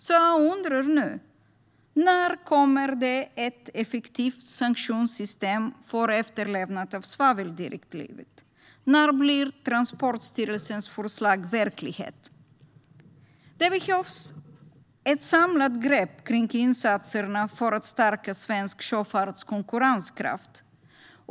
Jag undrar nu: När kommer det ett effektivt sanktionssystem för efterlevnad av svaveldirektivet? När blir Transportsstyrelsens förslag verklighet? Det behövs ett samlat grepp om insatserna för att stärka svensk sjöfarts konkurrenskraft.